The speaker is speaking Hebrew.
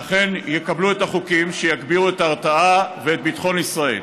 ואכן יקבלו את החוקים שיגבירו את ההרתעה ואת ביטחון אזרחי ישראל.